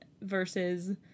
versus